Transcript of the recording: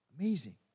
amazing